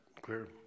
clear